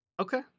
Okay